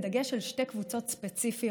בדגש על שתי קבוצות ספציפיות